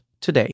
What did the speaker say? today